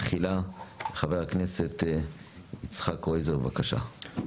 תחילה ח"כ יצחק קרויזר בבקשה.